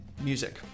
music